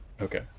Okay